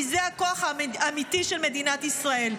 כי זה הכוח האמיתי של מדינת ישראל.